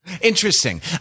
Interesting